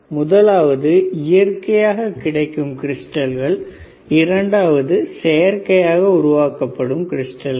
முதலாவது இயற்கையாக கிடைக்கும் கிறிஸ்டல்கள் இரண்டாவது செயற்கையாக உருவாக்கப்படும் கிறிஸ்டல்கள்